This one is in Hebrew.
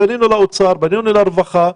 פנינו לאוצר ולרווחה,